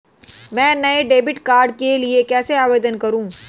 मैं नए debit card के लिए कैसे आवेदन करूं?